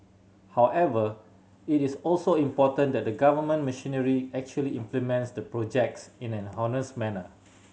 however it is also important that the government machinery actually implements the projects in an honest manner